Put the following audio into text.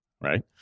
right